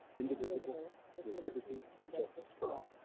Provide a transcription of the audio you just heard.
indivisible, with with liberty and justice for all.